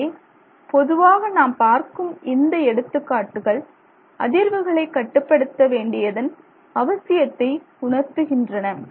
எனவே பொதுவாக நாம் பார்க்கும் இந்த எடுத்துக்காட்டுகள் அதிர்வுகளை கட்டுப்படுத்த வேண்டியதன் அவசியத்தை உணர்த்துகின்றன